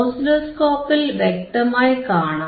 ഓസിലോസ്കോപ്പിൽ വ്യക്തമായി കാണാം